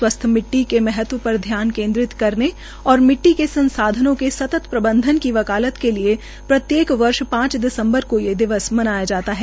स्वास्थ्य मिट्टी के महत्व पर ध्यान केन्द्रित करने और और मिट्टी के संसाधनों के सतत प्रबंधन की वकालत के लिए प्रत्येक वर्ष पांच दिसम्बर को ये दिवस मनाया जाता है